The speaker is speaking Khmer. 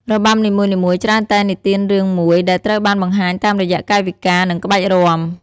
របាំនីមួយៗច្រើនតែនិទានរឿងមួយ ដែលត្រូវបានបង្ហាញតាមរយៈកាយវិការ និងក្បាច់រាំ។